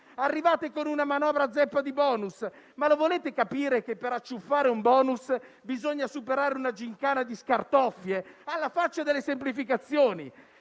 Arrivate con una manovra zeppa di *bonus*. Ma lo volete capire che per acciuffare un *bonus* bisogna superare una gincana di scartoffie? Alla faccia delle semplificazioni.